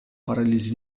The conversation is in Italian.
paralisi